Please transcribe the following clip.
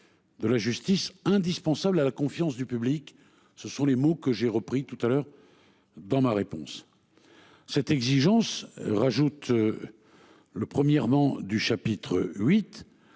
De la justice, indispensables à la confiance du public, ce sont les mots que j'ai repris tout à l'heure. Dans ma réponse. Cette exigence rajoute. Le premièrement du chapitre 8